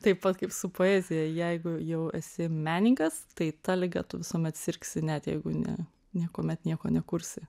taip pat kaip su poezija jeigu jau esi menininkas tai ta liga tu visuomet sirgsi net jeigu ne niekuomet nieko nekursi